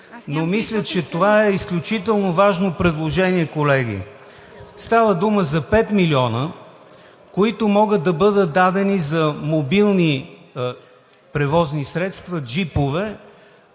но мисля, че това е изключително важно предложение, колеги. Става дума за 5 милиона, които могат да бъдат дадени за мобилни превозни средства – джипове,